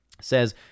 Says